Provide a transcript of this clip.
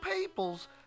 peoples